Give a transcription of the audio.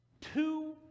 two